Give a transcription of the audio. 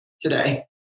today